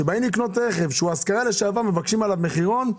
כשבאים לקנות רכב שהיה רכב להשכרה בעבר ומבקשים עליו מחיר מחירון,